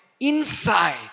inside